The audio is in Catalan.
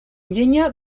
llenya